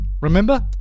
Remember